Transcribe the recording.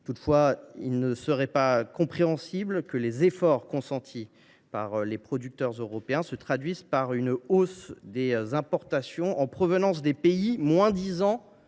Toutefois, il ne serait pas compréhensible que les efforts consentis par les producteurs européens se traduisent par une hausse des importations en provenance de pays moins disants